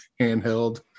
handheld